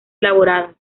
elaboradas